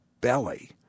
belly